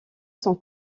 sont